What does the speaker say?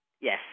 Yes